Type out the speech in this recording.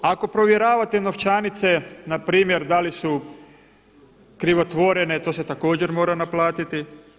Ako provjeravate novčanice npr. da li su krivotvorene, to se također mora naplatiti.